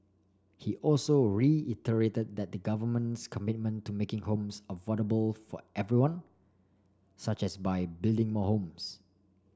he also reiterated the government's commitment to making homes affordable for everyone such as by building more homes